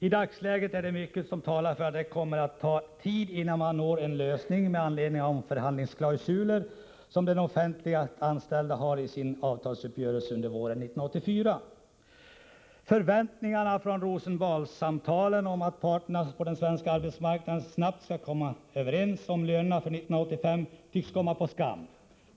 I dagsläget är det mycket som talar för att det kommer att ta tid innan man når en lösning med anledning av omförhandlingsklausulen, som de offentligt anställda har i sin avtalsuppgörelse från våren 1984. Förväntningar från Rosenbadssamtalen om att parterna på den svenska arbetsmarknaden snabbt skulle komma överens om lönerna för 1985 — tycks komma på skam.